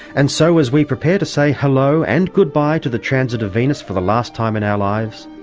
and so as we prepare to say hello and goodbye to the transit of venus for the last time in our lives,